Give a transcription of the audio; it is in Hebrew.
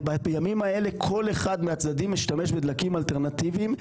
בימים האלה כל אחד מהצדדים משתמש בדלקים אלטרנטיביים.